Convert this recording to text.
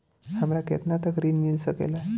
हमरा केतना तक ऋण मिल सके ला?